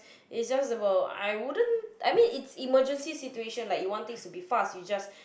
is just about I wouldn't I mean is emergency situation like you want things to be fast you just